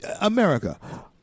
America